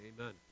Amen